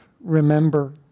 remember